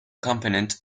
component